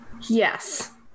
Yes